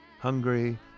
hungry